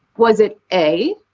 was it a.